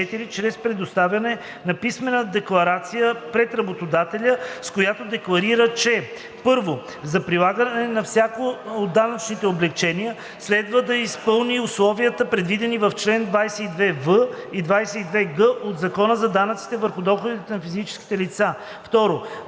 чрез предоставяне на писмена декларация пред работодателя, с която декларира, че: 1. за прилагане на всяко от данъчните облекчения следва да изпълни условията, предвидени в чл. 22в и 22г от Закона за данъците върху доходите на физическите лица; 2.